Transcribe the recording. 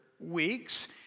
weeks